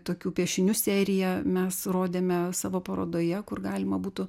tokių piešinių seriją mes rodėme savo parodoje kur galima būtų